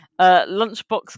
Lunchbox